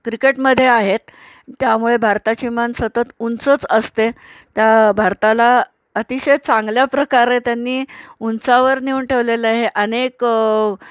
क्रिकेटमध्ये आहेत त्यामुळे भारताची मान सतत उंचच असते त्या भारताला अतिशय चांगल्या प्रकारे त्यांनी उंचावर नेऊन ठेवलेलं आहे अनेक